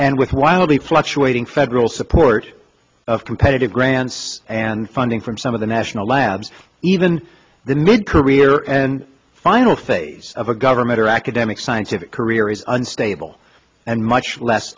and with wildly fluctuating federal support of competitive grants and funding from some of the national labs even the mid career and final phase of a government or academic scientific career is unstable and much less